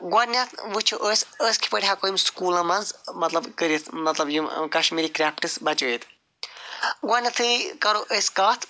گۄڈنٮ۪تھ وُچھوأسۍ أسۍ کِتھٕ پٲٹھۍ ہٮ۪کو یِم سکوٗلن منٛز مطلب کٔرِتھ مطلب یِم کشمیری کرٛیفٹٕس بچٲوِتھ گۄڈنٮ۪تھٕے کَرو أسۍ کَتھ